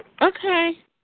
Okay